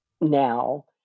now